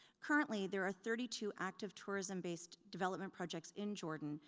currently, there are thirty two active tourism-based development projects in jordan,